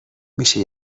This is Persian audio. میشه